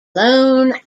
lone